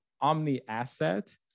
omni-asset